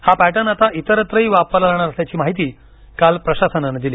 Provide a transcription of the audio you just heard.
हा पॅटर्न आता इतरत्रही वापरला जाणार असल्याची माहिती काल प्रशासनानं दिली